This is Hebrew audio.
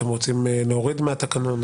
אתם רוצים להוריד מהפרוטוקול,